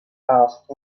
asked